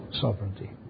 sovereignty